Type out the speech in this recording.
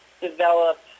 develop